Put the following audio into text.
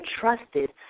trusted